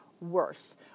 worse